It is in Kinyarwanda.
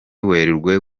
werurwe